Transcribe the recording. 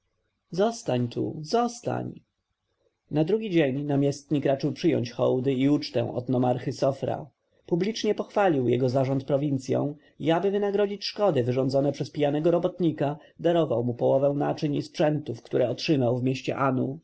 zostań już zostań na drugi dzień namiestnik raczył przyjąć hołdy i ucztę od nomarchy sofra publicznie pochwalił jego zarząd prowincją i aby wynagrodzić szkody wyrządzone przez pijanego robotnika darował mu połowę naczyń i sprzętów które otrzymał w mieście